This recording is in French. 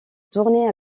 tournée